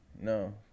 No